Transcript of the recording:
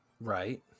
Right